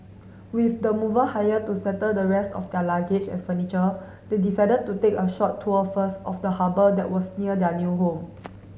with the mover hired to settle the rest of their luggage and furniture they decided to take a short tour first of the harbour that was near their new home